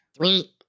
Three